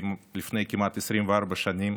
לפני כמעט 24 שנים